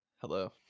Hello